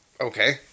Okay